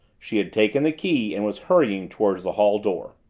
she had taken the key and was hurrying toward the hall door.